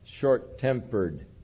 short-tempered